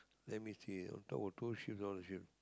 let me see on top of two she go down the